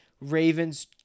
Ravens